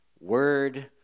word